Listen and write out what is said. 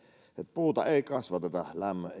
puuta ei kasvateta lämmön